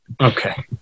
Okay